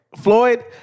Floyd